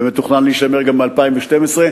ומתוכנן להישמר גם ל-2012,